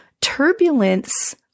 Turbulence